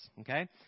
Okay